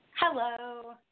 Hello